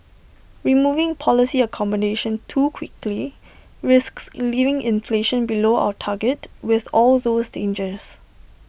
removing policy accommodation too quickly risks leaving inflation below our target with all those dangers